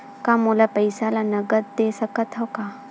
का मोला पईसा ला नगद दे सकत हव?